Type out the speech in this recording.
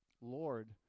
lord